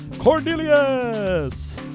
Cornelius